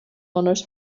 honours